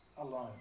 alone